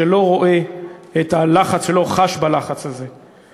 שלא רואה את הלחץ, שלא חש בלחץ הזה.